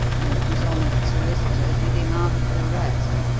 and a dishonest solicitor did him out of the rest.